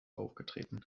aufgetreten